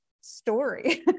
story